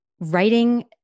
Writing